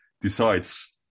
decides